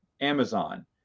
Amazon